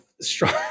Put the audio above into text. strong